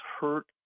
hurt